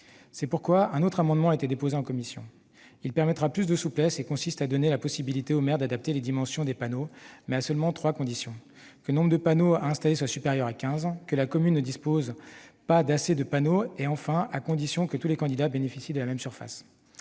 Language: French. C'est pourquoi un autre amendement a été adopté en commission, permettant plus de souplesse. Il consiste à donner la possibilité au maire d'adapter les dimensions des panneaux, à condition que le nombre de panneaux à installer soit supérieur à quinze, que la commune ne dispose pas de suffisamment de panneaux et que tous les candidats bénéficient de la même surface.